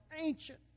ancient